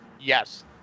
yes